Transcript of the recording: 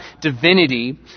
divinity